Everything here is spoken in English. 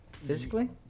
Physically